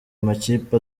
amakipe